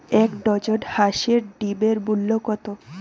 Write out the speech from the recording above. এক ডজন হাঁসের ডিমের মূল্য কত?